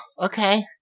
Okay